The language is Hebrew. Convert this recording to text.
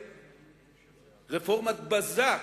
רפורמת-בזק,